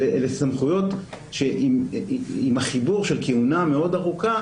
אלה סמכויות שעם החיבור של כהונה מאוד ארוכה